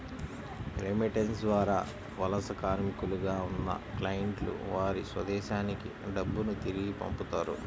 remittance ద్వారా వలస కార్మికులుగా ఉన్న క్లయింట్లు వారి స్వదేశానికి డబ్బును తిరిగి పంపుతారు